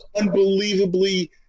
unbelievably